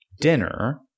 dinner